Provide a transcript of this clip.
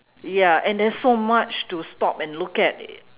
ya and there's so much to stop and look at